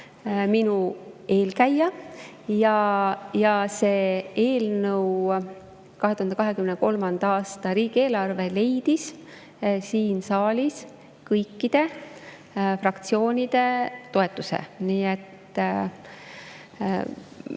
minu eelkäija. Ja see eelnõu, 2023. aasta riigieelarve eelnõu, leidis siin saalis kõikide fraktsioonide toetuse. Nii et,